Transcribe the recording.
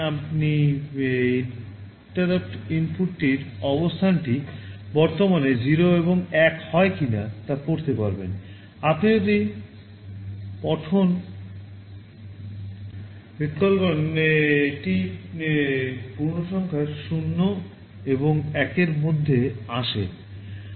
আপনি যদি read call করেন এটি পূর্ণসংখ্যার 0 এবং 1 এর মধ্যে আসে